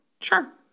Sure